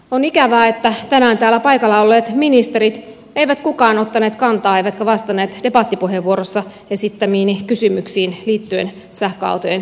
on ikävää että tänään täällä paikalla olleista ministereistä ei kukaan ottanut kantaa eikä vastannut debattipuheenvuorossa esittämiini kysymyksiin liittyen sähköautojen verotukseen